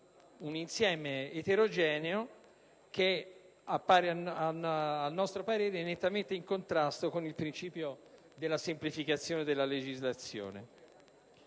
insieme eterogeneo che, a nostro parere, appare nettamente in contrasto con il principio della semplificazione della legislazione.